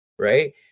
Right